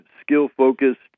skill-focused